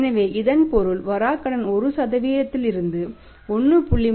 எனவே இதன் பொருள் வராக்கடன் 1 இலிருந்து 1